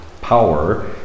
power